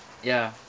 ya